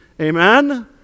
Amen